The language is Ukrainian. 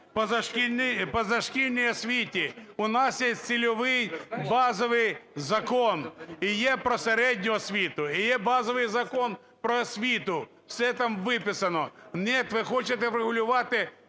позашкільній освіті. У нас є цільовий базовий закон, і є про середню освіту, і є базовий Закон "Про освіту", все там виписано. Нет, ви хочете врегулювати